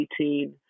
2018